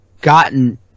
gotten